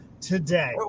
today